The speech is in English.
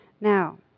Now